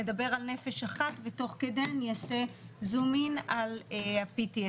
נדבר על נפש אחת ותוך כדי אני אעשה זום אין על ה-PTSD.